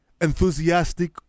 enthusiastic